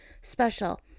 special